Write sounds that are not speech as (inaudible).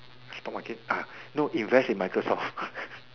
supermarket ah no invest in Microsoft (laughs)